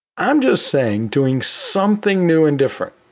i'm just saying doing something new and different,